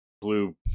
blue